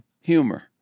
humor